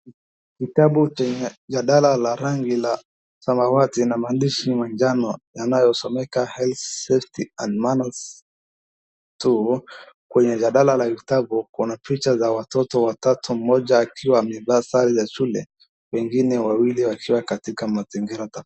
Kitabu chenye jadala la rangi la samawati na maandishi manjano yanayosomeka Health, Safety and Manners two kwenye jadala la kitabu kuna picha la watoto watatu, mmoja akiwa amevaa sare ya shule, wengine wawili wakiwa katika mazingira tofauti.